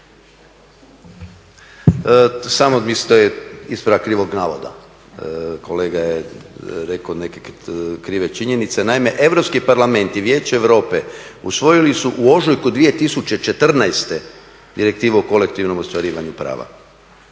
Samo … ispravak krivog navoda. Kolega je rekao neke krive činjenice, naime Europski parlament i Vijeće Europe usvojili su u ožujku 2014. Direktivu o kolektivnom ostvarivanju prava